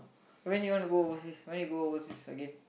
when you want to go overseas when you go overseas again